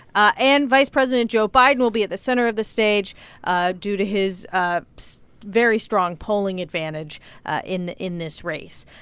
ah and vice president joe biden will be at the center of the stage ah due to his ah so very strong polling advantage in in this race.